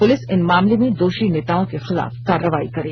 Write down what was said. police इन मामले में दोषी नेताओं के खिलाफ कार्रवाई करे